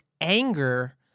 anger